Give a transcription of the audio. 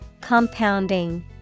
Compounding